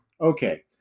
okay